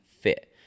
fit